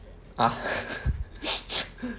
uh